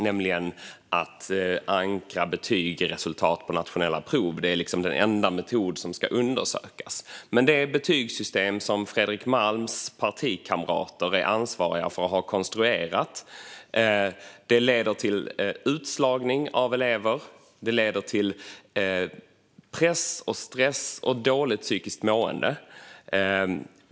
Deras ingång handlar om att förankra betygen i resultaten på nationella prov. Det är liksom den enda metod som ska undersökas. Det betygssystem som Fredrik Malms partikamrater är ansvariga för och har konstruerat leder till utslagning av elever. Det leder till press och stress och dåligt psykiskt mående.